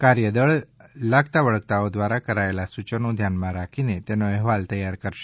કાર્યદળ લાગતા વળગતાઓ દ્વારા કરાચેલા સૂચનો ધ્યાનમાં રાખીને તેનો અહેવાલ તૈયાર કરશે